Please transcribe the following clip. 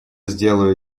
сделаю